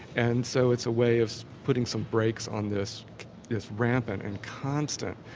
and so it's a way of putting some breaks on this this rampant and constant